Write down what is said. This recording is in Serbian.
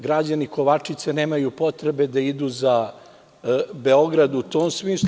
Građani Kovačice nemaju potrebe da idu za Beograd u tom smislu.